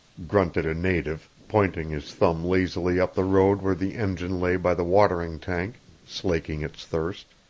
grunted a native, pointing his thumb lazily up the road where the engine lay by the watering tank, slaking its thirst.